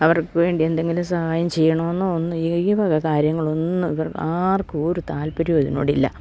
അവർക്ക് വേണ്ടി എന്തെങ്കിലും സഹായം ചെയ്യണമെന്നോ ഒന്നും ഈ വക കാര്യങ്ങളൊന്നും ഇവർക്ക് ആർക്കും ഒരു താല്പര്യവും ഇതിനോടില്ല